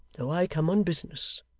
though i come on business